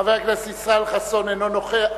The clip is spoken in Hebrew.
חבר הכנסת ישראל חסון, אינו נוכח.